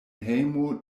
hejmo